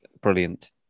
Brilliant